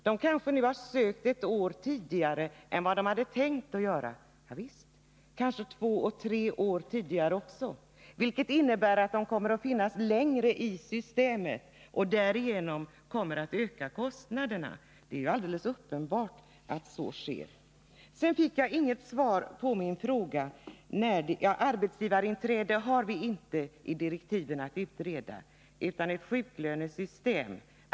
De kanske har sökt ett år tidigare än de hade tänkt, sade hon. Ja visst, kanske två tre år tidigare också, vilket innebär att de kommer att finnas längre tid i systemet och därigenom kommer kostnaderna att öka. Det är ju alldeles uppenbart att så sker. Sedan fick jag inget svar på min fråga. Arbetsgivarinträde har vi inte att utreda enligt direktiven, utan det gäller ett sjuklönesystem.